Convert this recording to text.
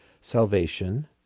salvation